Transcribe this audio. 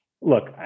look